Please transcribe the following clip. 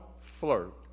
flirt